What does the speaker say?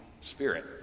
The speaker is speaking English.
Spirit